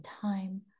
time